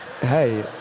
Hey